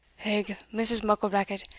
hegh, mrs. mucklebackit,